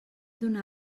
donar